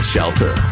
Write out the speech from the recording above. shelter